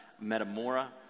Metamora